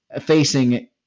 facing